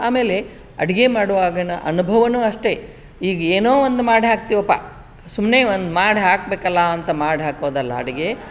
ಆಮೇಲೆ ಅಡುಗೆ ಮಾಡುವಾಗಿನ ಅನುಭವವೂ ಅಷ್ಟೇ ಈಗೇನೋ ಒಂದು ಮಾಡಿ ಹಾಕ್ತೀವಪ್ಪ ಸುಮ್ಮನೆ ಒಂದು ಮಾಡಿ ಹಾಕ್ಬೇಕಲ್ಲ ಅಂತ ಮಾಡಿ ಹಾಕೋದಲ್ಲ ಅಡುಗೆ